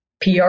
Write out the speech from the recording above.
PR